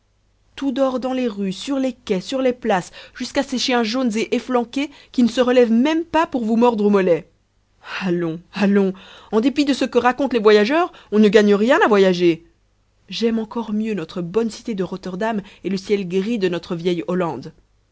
tout dort dans les rues sur les quais sur les places jusqu'à ces chiens jaunes et efflanqués qui ne se relèvent même pas pour vous mordre aux mollets allons allons en dépit de ce que racontent les voyageurs on ne gagne rien à voyager j'aime encore mieux notre bonne cité de rotterdam et le ciel gris de notre vieille hollande